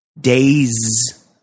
days